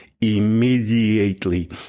immediately